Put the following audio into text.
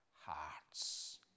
hearts